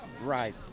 Right